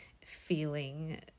feeling